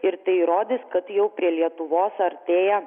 ir tai įrodys kad jau prie lietuvos artėja